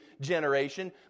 generation